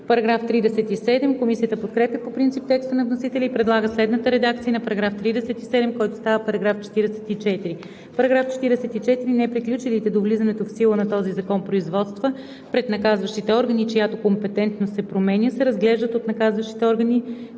разпоредби“. Комисията подкрепя по принцип текста на вносителя и предлага следната редакция на § 37, който става § 44: „§ 44. Неприключилите до влизането в сила на този закон производства пред наказващите органи, чиято компетентност се променя, се разглеждат от наказващите органи,